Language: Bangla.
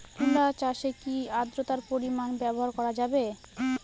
তুলা চাষে কি আদ্রর্তার পরিমাণ ব্যবহার করা যাবে?